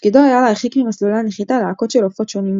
תפקידו היה להרחיק ממסלולי הנחיתה להקות של עופות שונים,